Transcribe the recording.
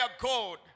God